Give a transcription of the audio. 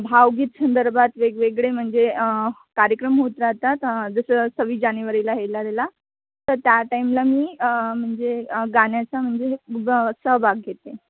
भावगीत संदर्भात वेगवेगळे म्हणजे कार्यक्रम होत राहतात जसं सव्वीस जानेवारीला ह्याला त्याला तर त्या टाईमला मी म्हणजे गाण्याचा म्हणजे सहभाग घेते